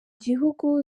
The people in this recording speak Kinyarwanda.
gihugu